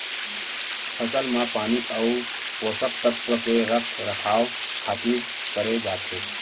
फसल म पानी अउ पोसक तत्व के रख रखाव खातिर करे जाथे